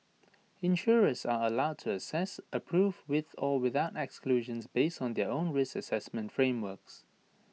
insurers are allowed to assess approve with or without exclusions based on their own risk Assessment frameworks